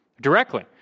directly